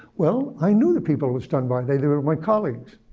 well, i knew the people it was done by. they they were my colleagues.